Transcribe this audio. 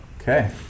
Okay